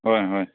ꯍꯣꯏ ꯍꯣꯏ